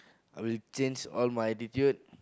I will change all my attitude